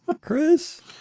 Chris